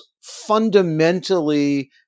fundamentally